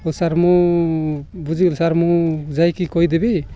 ହଉ ସାର୍ ମୁଁ ବୁଝିଗଲିି ସାର୍ ମୁଁ ଯାଇକି କହିଦେବି